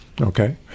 Okay